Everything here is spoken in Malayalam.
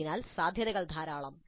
അതിനാൽ സാധ്യതകൾ ധാരാളം